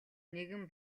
нэгэн